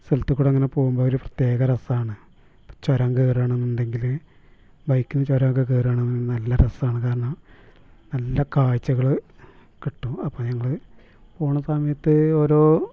സ്ഥലത്തുകൂടെ ഇങ്ങനെ പോവുമ്പം ഒരു പ്രത്യേക രസമാണ് ചുരം കയറുകയാണ് എന്നുണ്ടെങ്കിൽ ബൈക്കിന് ചുരമൊക്കെ കയറുകയാണ് എങ്കിൽ നല്ല രസമാണ് കാരണം നല്ല കാഴ്ചകൾ കിട്ടും അപ്പം ഞങ്ങൾ പോകുന്ന സമയത്ത് ഓരോ